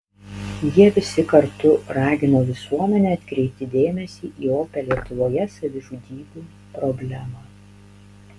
jie visi kartu ragino visuomenę atkreipti dėmesį į opią lietuvoje savižudybių problemą